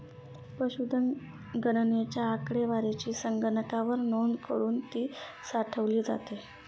पशुधन गणनेच्या आकडेवारीची संगणकावर नोंद करुन ती साठवली जाते